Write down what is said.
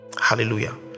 Hallelujah